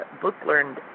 book-learned